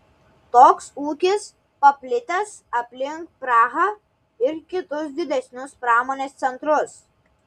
toks ūkis paplitęs aplink prahą ir kitus didesnius pramonės centrus